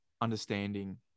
understanding